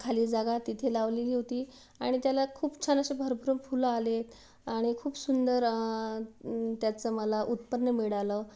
खाली जागा तिथे लावलेली होती आणि त्याला खूप छान असे भरपूर फुलं आले आणि खूप सुंदर त्याचं मला उत्पन्न मिळालं